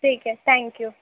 ٹھیک ہے thank you